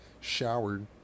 showered